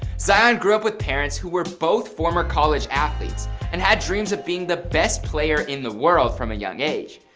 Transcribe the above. zion grew up with parents who were both former college athletes and had dreams of being the best player in the world from a young age.